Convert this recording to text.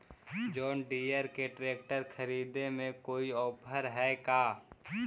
जोन Deere के tractor खरिदे में कोई औफर है का?